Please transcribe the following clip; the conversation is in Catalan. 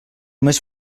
més